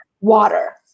water